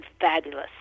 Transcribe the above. fabulous